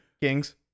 Kings